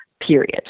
period